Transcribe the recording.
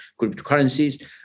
cryptocurrencies